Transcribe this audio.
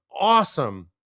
awesome